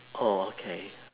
orh okay